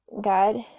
God